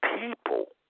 people